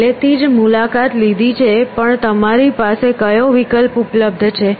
પહેલેથી જ મુલાકાત લીધી છે પણ તમારી પાસે કયો વિકલ્પ ઉપલબ્ધ છે